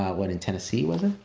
what, in tennessee, was it?